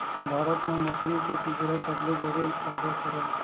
भारत हा मछरी के तीसरा सबले बड़े उत्पादक हरे